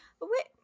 wait